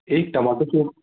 एक tomato soup